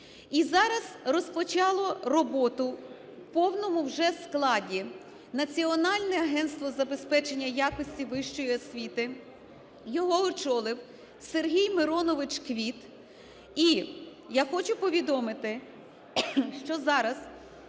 І зараз розпочало роботу в повному вже складі Національне агентство з забезпечення якості вищої освіти. Його очолив Сергій Миронович Квіт, і я хочу повідомити, що зараз